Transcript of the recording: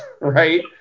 right